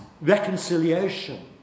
reconciliation